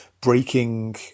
breaking